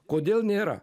kodėl nėra